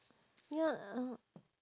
ya uh